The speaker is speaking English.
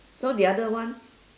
so the other one